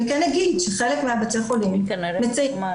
אני כן אגיד שחלק מבתי החולים מציינים